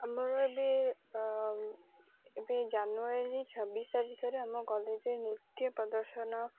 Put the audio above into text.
ଆମର ଏବେ ଏବେ ଜାନୁଆରୀ ଛବିଶି ତାରିଖରେ ଆମ କଲେଜରେ ନୃତ୍ୟ ପ୍ରଦର୍ଶନ